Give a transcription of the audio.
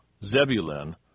Zebulun